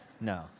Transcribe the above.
No